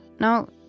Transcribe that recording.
No